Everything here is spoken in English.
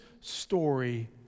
story